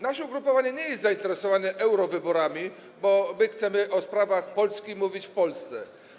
Nasze ugrupowanie nie jest zainteresowane eurowyborami, bo my chcemy o sprawach Polski mówić w Polsce.